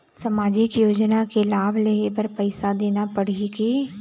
सामाजिक योजना के लाभ लेहे बर पैसा देना पड़ही की?